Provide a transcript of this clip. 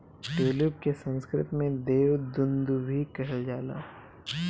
tulip के संस्कृत में देव दुन्दुभी कहल जाला